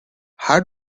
how